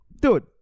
dude